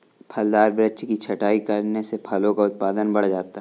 फलदार वृक्ष की छटाई करने से फलों का उत्पादन बढ़ जाता है